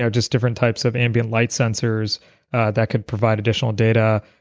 so just different types of ambient light sensors that could provide additional data.